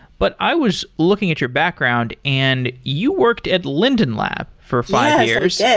but i was looking at your background and you worked at linden lab for five years yeah